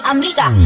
Amiga